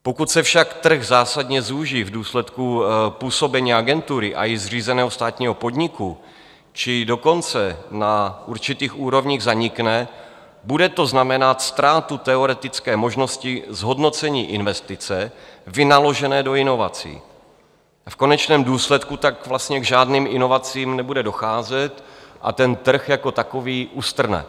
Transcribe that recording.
Pokud se však trh zásadně zúží v důsledku působení agentury a i zřízeného státního podniku, či dokonce na určitých úrovních zanikne, bude to znamenat ztrátu teoretické možnosti zhodnocení investice vynaložené do inovací, v konečném důsledku tak vlastně k žádným inovacím nebude docházet a trh jako takový ustrne.